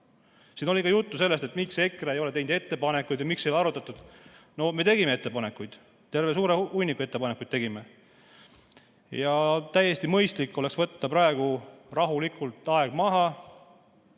oli juttu ka sellest, miks EKRE ei ole teinud ettepanekuid ja miks ei ole arutatud. Me tegime ettepanekuid, terve suure hunniku ettepanekuid tegime. Täiesti mõistlik oleks võtta praegu rahulikult aeg maha,